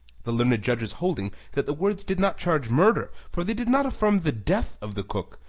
the learned judges holding that the words did not charge murder, for they did not affirm the death of the cook,